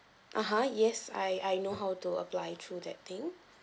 (uh huh) yes I I know how to apply through that thing